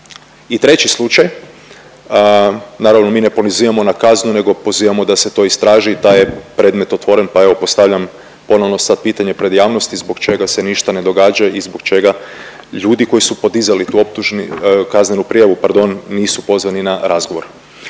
I treći slučaj, naravno mi ne pozivamo na kaznu, nego pozivamo da se to istraži. Taj je predmet otvoren, pa evo postavljam ponovno sad pitanje pred javnosti zbog čega se ništa ne događa i zbog čega ljudi koji su podizali tu kaznenu prijavu, pardon, nisu pozvani na razgovor.